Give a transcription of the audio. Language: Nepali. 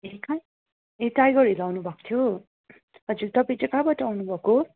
ए कहाँ ए टाइगर हिल आउनु भएको थियो हजुर तपाईँ चाहिँ कहाँबाट आउनुभएको